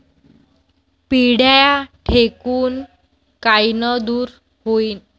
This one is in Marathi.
पिढ्या ढेकूण कायनं दूर होईन?